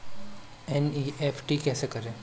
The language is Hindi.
एन.ई.एफ.टी कैसे करें?